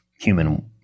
human